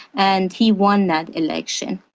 and he won that election.